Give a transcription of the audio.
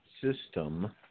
system